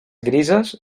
grises